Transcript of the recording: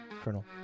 Colonel